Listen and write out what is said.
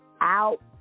out